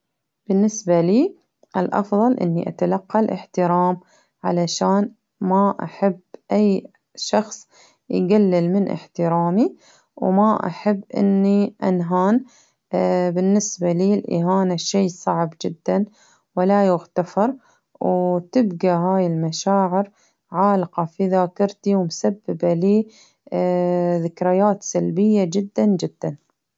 بالنسبة لي الأفضل إني أتلقى الإحترام ، علشان ما أحب أي شخص يقلل من إحترامي، وما أحب إني أنهان، بالنسبة لي الإهانة شيء صعب جدا ولا يغتفر، وتبقى هاي المشاعر عالقة في ذاكرتي ومسببة لي ذكريات سلبية جدا جدا.